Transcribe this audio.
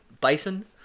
bison